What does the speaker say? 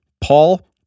Paul